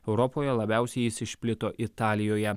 europoje labiausiai jis išplito italijoje